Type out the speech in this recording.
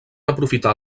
aprofitar